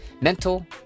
mental